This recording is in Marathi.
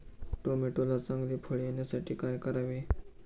टोमॅटोला चांगले फळ येण्यासाठी काय करावे?